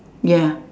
ya